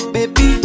Baby